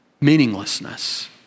Meaninglessness